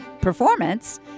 performance